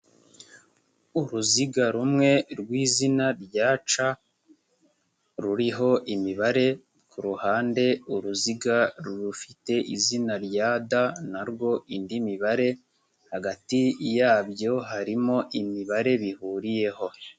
uruziga rumwe rw'izina rya C, ruriho imibare ku ruhande uruziga rufite izina rya D na rwo indi mibare, hagati yabyo harimo imibare bihuriyeho.